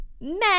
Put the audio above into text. men